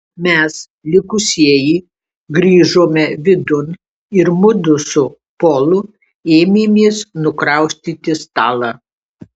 mes likusieji grįžome vidun ir mudu su polu ėmėmės nukraustyti stalą